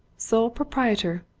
sole proprietor?